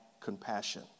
compassion